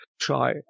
try